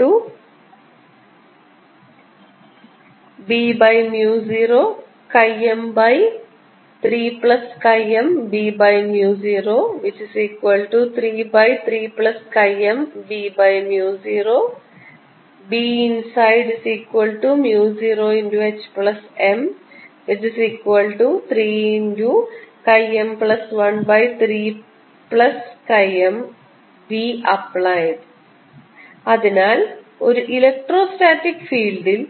HB0 M3MB033MB0 Binside0HM3M13MBapplied അതിനാൽ ഒരു electrostatic ഫീൽഡിൽ